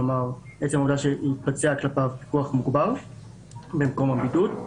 כלומר עצם העובדה שיתבצע כלפיו פיקוח מוגבר במקום הבידוד.